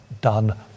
done